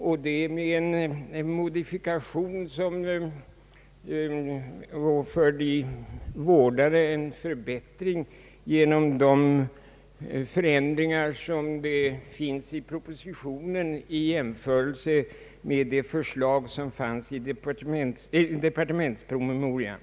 Däri ligger också en modifikation som görs i propositionen i förhållande till det förslag som fanns i departementspromemorian.